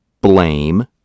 blame